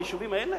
ביישובים האלה?